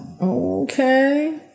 okay